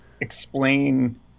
explain